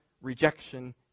rejection